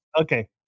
Okay